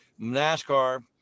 NASCAR